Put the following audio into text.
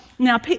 Now